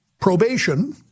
probation